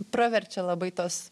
praverčia labai tos